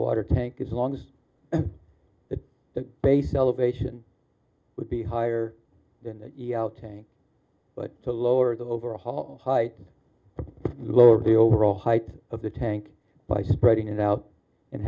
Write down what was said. water tank as long as the the base elevation would be higher than the outing but to lower the overall height lower the overall height of the tank by spreading it out and